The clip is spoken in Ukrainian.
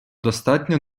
достатньо